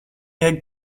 egg